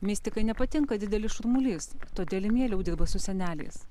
mistikai nepatinka didelis šurmulys todėl ji mieliau dirba su seneliais